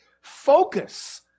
focus